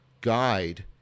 guide